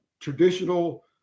traditional